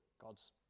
God's